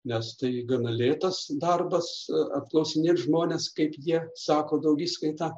nes tai gana lėtas darbas apklausinėt žmones kaip jie sako daugiskaitą